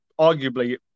arguably